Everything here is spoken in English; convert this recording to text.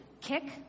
kick